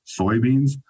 soybeans